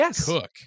cook